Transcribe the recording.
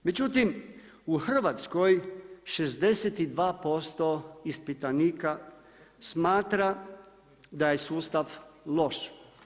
Međutim, u Hrvatskoj 62% ispitanika smatra da je sustav loš.